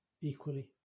Equally